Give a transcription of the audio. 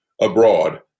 abroad